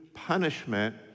Punishment